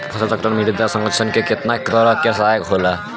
फसल चक्रण मृदा संरक्षण में कउना तरह से सहायक होला?